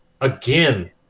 again